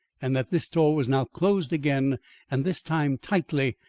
and that this door was now closed again and this time tightly,